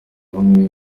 ubumwe